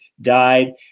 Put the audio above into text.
died